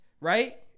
right